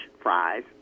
fries